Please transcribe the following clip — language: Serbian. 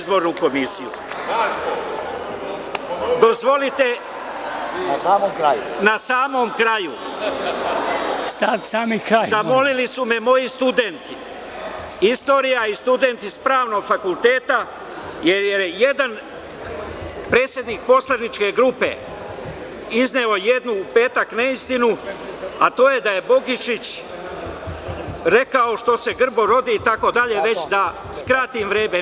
Dozvolite na samom kraju, zamolili su me moji studenti istorije i studenti sa pravnog fakulteta, jer je jedan predsednik poslaničke grupe izneo u petak jednu neistinu, a to je da je Bogišić rekao – što se grbo rodi itd, da skratim vreme.